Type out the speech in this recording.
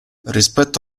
rispetto